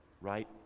right